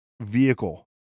vehicle